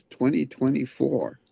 2024